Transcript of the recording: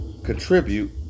contribute